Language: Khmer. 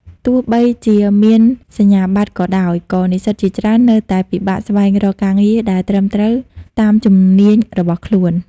ទោះបីជាមានសញ្ញាបត្រក៏ដោយ ក៏និស្សិតជាច្រើននៅតែពិបាកស្វែងរកការងារដែលត្រឹមត្រូវតាមជំនាញរបស់ខ្លួន។